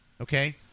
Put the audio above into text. Okay